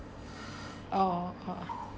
oh uh ah